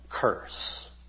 curse